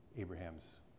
Abraham's